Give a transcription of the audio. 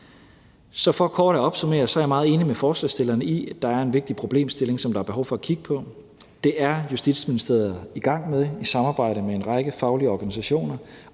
Så for kort at opsummere vil jeg sige, at jeg er meget enig med forslagsstillerne i, at der er en vigtig problemstilling, som der er behov for at kigge på. Det er Justitsministeriet i gang med i samarbejde med en række faglige organisationer,